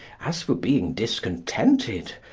as for being discontented,